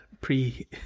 pre